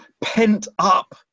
pent-up